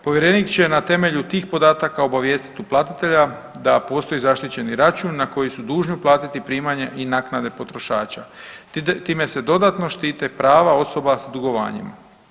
Povjerenik će na temelju tih podataka obavijestiti uplatitelja da postoji zaštićeni račun na koji su dužni uplatiti primanja i naknade potrošača, time se dodatno štite prava osoba s dugovanjima.